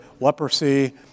leprosy